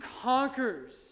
conquers